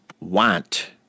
want